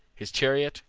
his chariot,